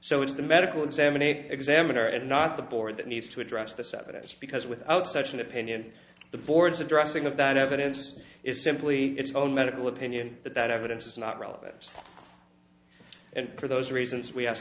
so it's the medical examination examiner and not the board that needs to address this evidence because without such an opinion the board's addressing of that evidence is simply its own medical opinion but that evidence is not relevant and for those reasons we ask